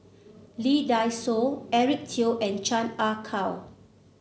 Lee Dai Soh Eric Teo and Chan Ah Kow